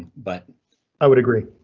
but i would agree.